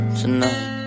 tonight